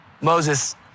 Moses